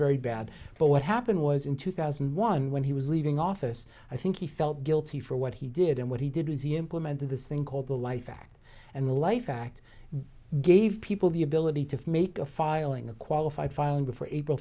very bad but what happened was in two thousand and one when he was leaving office i think he felt guilty for what he did and what he did was he implemented this thing called the life act and life act gave people the ability to make a filing a qualified filing before april